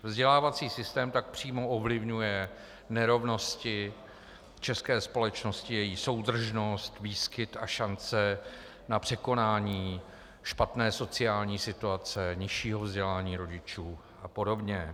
Vzdělávací systém tak přímo ovlivňuje nerovnosti v české společnosti, její soudržnost, výskyt a šance na překonání špatné sociální situace, nižšího vzdělání rodičů apod.